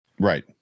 Right